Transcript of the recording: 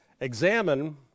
Examine